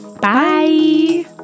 Bye